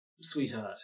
sweetheart